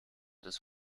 des